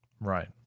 Right